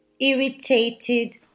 irritated